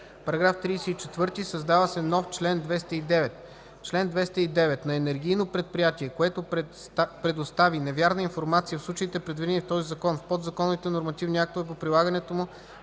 лв.” § 34. Създава се нов чл. 209: „Чл. 209. На енергийно предприятие, което предостави невярна информация в случаите, предвидени в този закон, в подзаконовите нормативни актове по прилагането му